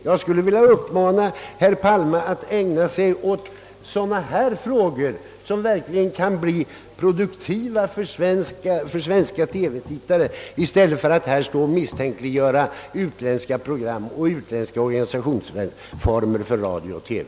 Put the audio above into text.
Jag skulle vilja uppmana herr Palme att ägna sig åt sådana frågor, som verkligen kan bli produktiva för svenska TV-tittare, i stället för att här misstänkliggöra utländska program och utländska organisationsformer för radio och TV.